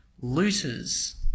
Looters